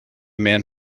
man